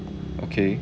okay